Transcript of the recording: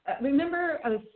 remember